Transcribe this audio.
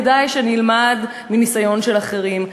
כדאי שנלמד מניסיון של אחרים,